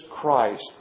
Christ